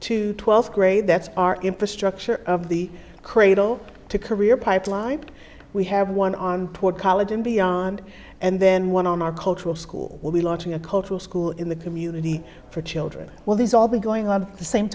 to twelfth grade that's our infrastructure of the cradle to career pipeline we have one on toward college and beyond and then one on our cultural school will be launching a cultural school in the community for children well these all be going on the same